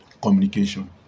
communication